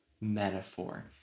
metaphor